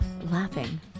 laughing